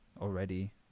already